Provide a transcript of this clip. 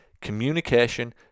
communication